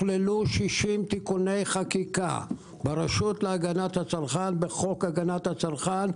הוכללו כ-60 תיקוני חקיקה בחוק הגנת הצרכן,